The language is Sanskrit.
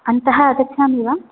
अन्तः आगच्छामि वा